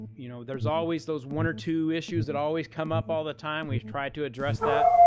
you know, there's always those one or two issues that always come up all the time, we've tried to address that.